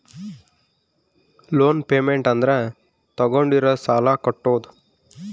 loan payment ಅಂದ್ರ ತಾಗೊಂಡಿರೋ ಸಾಲ ಕಟ್ಟೋದು